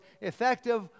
effective